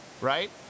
right